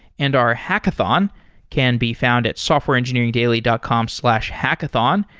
and our hackathon can be found at softwareengineeringdaily dot com slash hackathon.